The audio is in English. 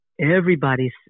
everybody's